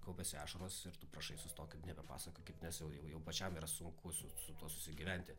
kaupiasi ašaros ir tu prašai sustokit nebepasakokit nes jau jau jau pačiam yra sunkus su su tuo susigyventi